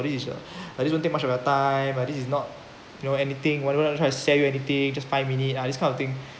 or this is a I didn't take much of your time but this is not you know anything whatever I'm trying to sell you anything just five minute lah this kind of thing